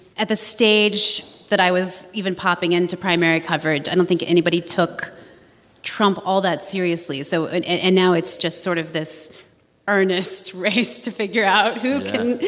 at the stage that i was even popping into primary coverage, i don't think anybody took trump all that seriously. so and and now it's just sort of this earnest race to figure out who can. yeah.